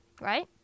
Right